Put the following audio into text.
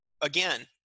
again